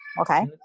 okay